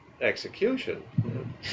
execution